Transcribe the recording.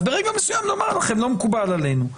אז ברגע מסוים נאמר לכם 'לא מקובל עלינו'.